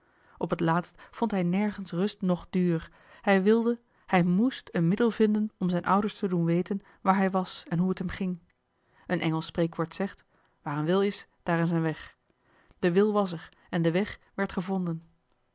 op het laatst vond hij nergens rust noch duur hij wilde hij moest een middel vinden om zijn ouders te doen weten waar hij was en hoe het hem ging een engelsch spreekwoord zegt waar een wil is daar is een weg de wil was er en de weg werd gevonden